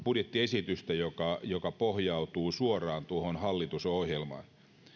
budjettiesitystä joka joka pohjautuu suoraan tuohon hallitusohjelmaan